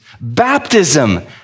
Baptism